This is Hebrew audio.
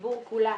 כולו